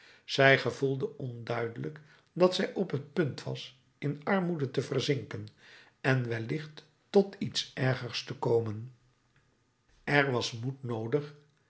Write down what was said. zij gevoelde onduidelijk dat zij op het punt was in armoede te verzinken en wellicht tot iets ergers te komen er was moed noodig